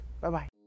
Bye-bye